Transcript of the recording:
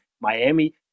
Miami